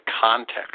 context